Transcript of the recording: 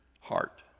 heart